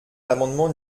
l’amendement